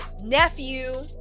nephew